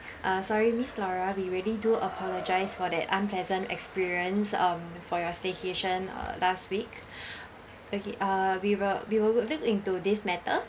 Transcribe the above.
uh sorry miss laura we really do apologise for that unpleasant experience um for your staycation uh last week okay uh we will we will look into this matter